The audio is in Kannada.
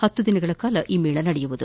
ಹತ್ತು ದಿನಗಳ ಕಾಲ ಮೇಳ ನಡೆಯಲಿದೆ